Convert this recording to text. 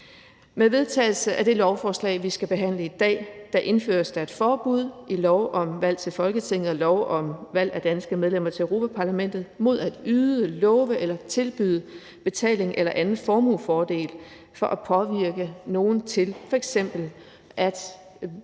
Med vedtagelsen af det lovforslag, vi skal behandle i dag, indføres der et forbud i lov om valg til Folketinget og lov om valg af danske medlemmer til Europa-Parlamentet mod at yde, love eller tilbyde betaling eller anden formuefordel for at påvirke nogen til f.eks. at